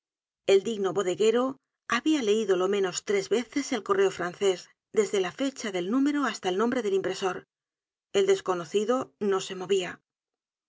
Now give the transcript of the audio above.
el digno bodegonero habia leido lo menos tres veces el correo francés desde la fecha del número hasta el nombre del impresor el desconocido no se movia